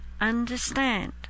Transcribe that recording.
understand